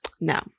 no